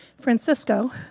Francisco